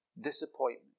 disappointment